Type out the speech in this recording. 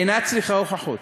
אינה צריכה הוכחות.